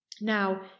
Now